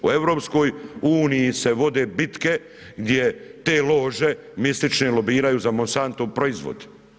U EU se vode bitke gdje te lože, mistične, lobiraju za Mosantov proizvod.